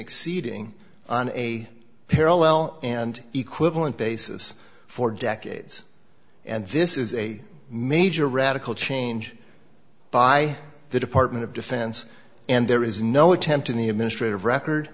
exceeding on a parallel and equivalent basis for decades and this is a major radical change by the department of defense and there is no attempt in the administrative record